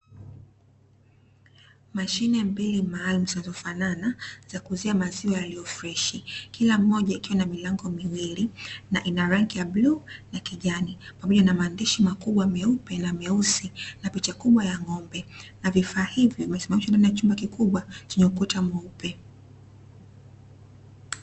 Mashine mbili maalumu zinazofanana za kuuzia maziwa yaliyo freshi, kila moja ikiwa na milango miwili na ina rangi ya bluu na kijani pamoja na maandishi makubwa meupe na meusi na picha kubwa ya ng'ombe na vifaa hivyo vimesimamishwa ndani ya chumba kikubwa chenye ukuta mweupe.